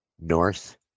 North